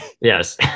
Yes